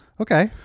Okay